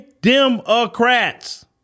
Democrats